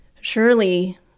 surely